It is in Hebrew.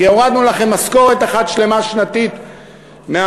כי הורדנו לכם משכורת אחת שלמה שנתית מהעבודה.